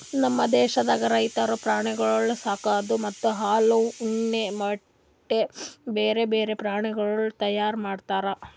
ನಮ್ ದೇಶದಾಗ್ ರೈತುರು ಪ್ರಾಣಿಗೊಳ್ ಸಾಕದ್ ಮತ್ತ ಹಾಲ, ಉಣ್ಣೆ, ಮೊಟ್ಟೆ, ಬ್ಯಾರೆ ಬ್ಯಾರೆ ಪ್ರಾಣಿಗೊಳ್ ತೈಯಾರ್ ಮಾಡ್ತಾರ್